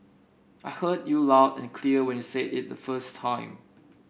I heard you loud and clear when you said it the first time